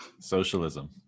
Socialism